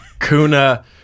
Kuna